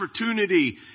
opportunity